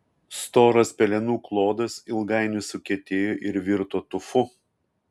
storas pelenų klodas ilgainiui sukietėjo ir virto tufu